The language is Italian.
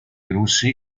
russi